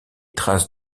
traces